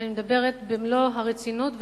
אני מדברת במלוא הרצינות והכוונה.